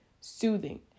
soothing